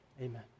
Amen